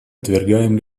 отвергаем